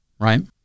right